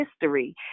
history